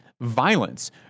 violence